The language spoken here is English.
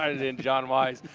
i mean john wise,